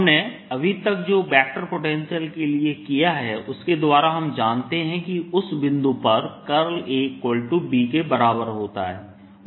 हमने अभी तक जो वेक्टर पोटेंशियल के लिए किया है उसके द्वारा हम जानते हैं कि उस बिंदु पर AB के बराबर होता है